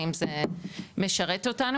האם זה משרת אותנו,